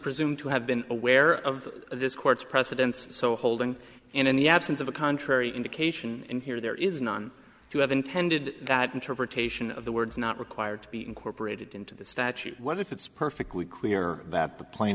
presumed to have been aware of this court's precedents so holding and in the absence of a contrary indication in here there is none to have intended that interpretation of the words not required to be incorporated into the statute what if it's perfectly clear that